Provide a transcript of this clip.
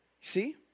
See